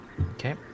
Okay